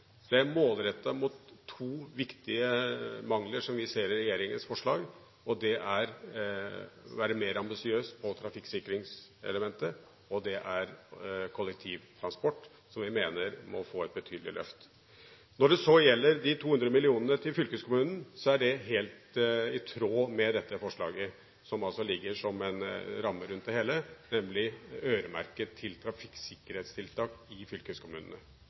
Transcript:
målrettet mot to viktige mangler som vi ser i regjeringens forslag. Det dreier seg om å være mer ambisiøs på trafikksikringselementet, og det dreier seg om kollektivtransporten, som vi mener må få et betydelig løft. Når det så gjelder de 200 mill. kr til fylkeskommunen, er det helt i tråd med dette forslaget, som ligger som en ramme rundt det hele, nemlig at det er øremerket til trafikksikkerhetstiltak i fylkeskommunene.